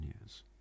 years